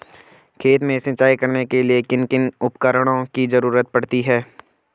खेत में सिंचाई करने के लिए किन किन उपकरणों की जरूरत पड़ती है?